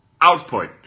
output